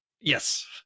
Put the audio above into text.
Yes